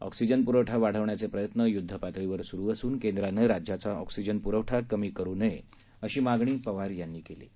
oxygen प्रवठा वाढवण्याचे प्रयत्न य्द्धपातळीवर स्रु असून केंद्रांन राज्याचा ऑक्सिजन प्रवठा कमी करू नये अशी मागणी पवार यांनी केली आहे